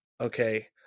Okay